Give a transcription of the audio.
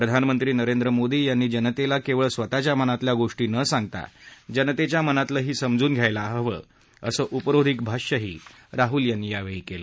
प्रधानमंत्री नरेंद्र मोदी यांनी जनतेला केवळ स्वतःच्या मनातल्या गोष्टी न सांगता जनतेच्या मनातलंही समजून घ्यायला हवं असं उपरोधिक भाष्यही राहुल यांनी यावेळी केलं